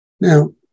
Now